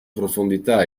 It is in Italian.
profondità